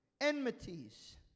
enmities